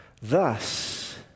Thus